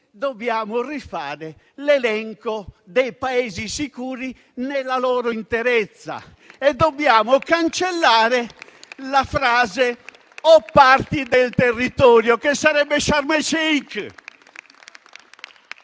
dobbiamo rifare l'elenco dei Paesi sicuri nella loro interezza, e dobbiamo cancellare la frase «di parti del territorio o», che sarebbe Sharm el-Sheik.